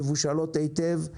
מבושלות היטב,